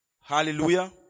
Hallelujah